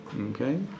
Okay